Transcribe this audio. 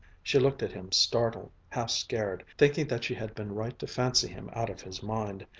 she looked at him startled, half-scared, thinking that she had been right to fancy him out of his mind.